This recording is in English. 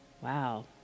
Wow